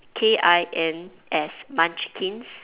K I N S munchkins